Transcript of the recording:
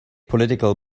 political